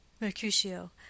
Mercutio